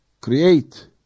create